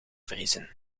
vriezen